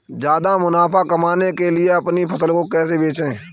ज्यादा मुनाफा कमाने के लिए अपनी फसल को कैसे बेचें?